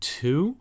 two